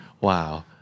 Wow